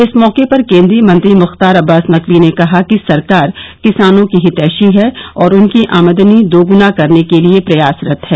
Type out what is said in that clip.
इस मौके पर केंद्रीय मंत्री मुख्तार अब्बास नकवी ने कहा कि सरकार किसानों की हितैषी है और उनकी आमदनी दोगुना करने के लिए प्रयासरत है